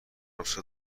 نسخه